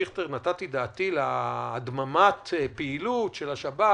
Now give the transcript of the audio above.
דיכטר, נתתי דעתי להדממת הפעילות של השב"כ.